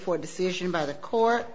for decision by the court